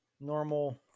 normal